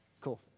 Cool